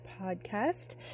Podcast